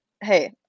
hey